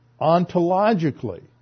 ontologically